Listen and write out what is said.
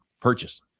purchase